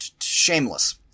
Shameless